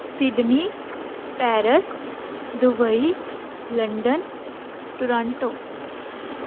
Sydney Paris Dubai London Toronto